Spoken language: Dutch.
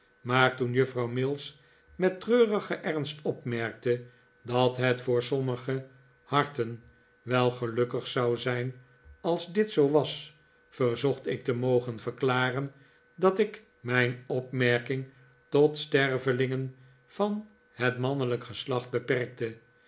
toen juffrouw mills met treurigen ernst opmerkte dat het voor sommige harten wel gelukkig zou zijn als dit zoo was verzocht ik te mogen verklaren dat ik mijn opmerking tot stervelingen van het mannelijk geslacht beperkte